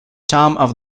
tom